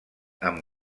amb